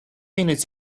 minutes